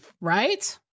Right